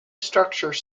structure